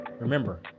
Remember